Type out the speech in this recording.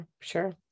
sure